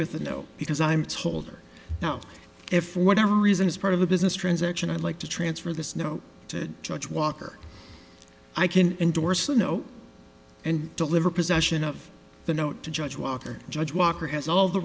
with a no because i'm told now if for whatever reason is part of a business transaction i'd like to transfer the snow to judge walker i can endorse you know and deliver possession of the note to judge walker judge walker has all the